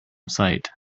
sight